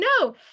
No